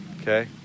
okay